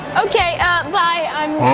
okay ah bye, i'm,